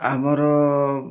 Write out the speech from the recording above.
ଆମର